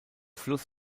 fluss